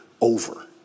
over